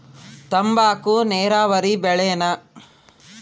ತಂಬಾಕು ನೇರಾವರಿ ಬೆಳೆನಾ?